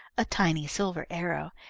a tiny silver arrow,